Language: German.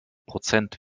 prozent